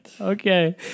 Okay